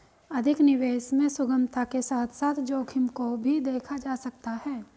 अधिक निवेश में सुगमता के साथ साथ जोखिम को भी देखा जा सकता है